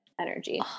energy